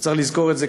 צריך לזכור את זה,